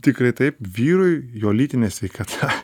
tikrai taip vyrui jo lytinė sveikata